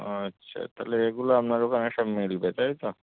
আচ্ছা তাহলে এগুলো আপনার ওখানে সব মিলবে তাই তো